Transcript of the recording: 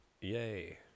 Yay